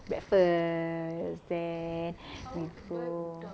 breakfast then we go